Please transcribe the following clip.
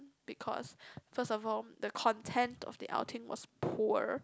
because first of all the content of the outing was poor